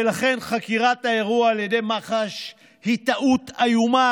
ולכן חקירת האירוע על ידי מח"ש היא טעות איומה,